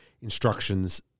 instructions